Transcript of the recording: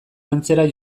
antzera